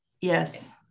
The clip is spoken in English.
Yes